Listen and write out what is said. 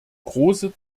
große